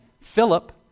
Philip